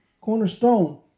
cornerstone